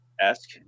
ask